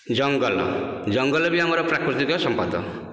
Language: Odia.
ଜଙ୍ଗଲ ଜଙ୍ଗଲ ବି ଆମର ପ୍ରାକୃତିକ ସମ୍ପଦ